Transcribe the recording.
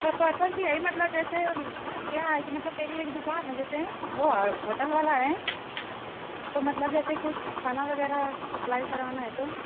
का पर्पस यही मतलब जैसे क्या है के मतलब मेरी एक दुकान है जैसे वो होटल वाला है तो मतलब जैसे कुछ खाना वगैरह सप्लाई कराना है तो